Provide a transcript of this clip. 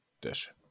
dish